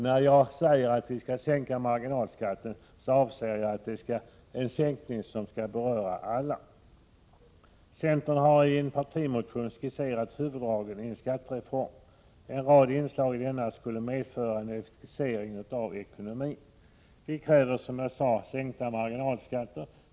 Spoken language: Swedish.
När jag säger att vi skall sänka marginalskatten avser jag en sänkning som berör alla. Centern har i en partimotion skisserat huvuddragen i en skattereform. En rad inslag i denna skulle medföra en effektivisering av ekonomin. Vi kräver, som sagt, en sänkning av marginalskatterna.